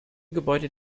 gebäude